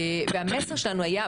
והמסר שלנו היה,